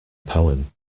poem